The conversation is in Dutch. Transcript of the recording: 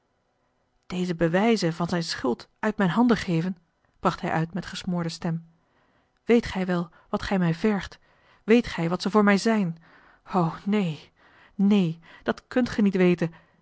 deze bewijzen van zijne schuld uit mijne handen geven bracht hij uit met gesmoorde stem weet gij wel wat gij mij vergt weet gij wat ze voor mij zijn o neen neen dat kunt ge niet weten